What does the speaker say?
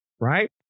right